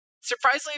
surprisingly